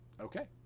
Okay